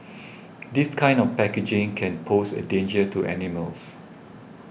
this kind of packaging can pose a danger to animals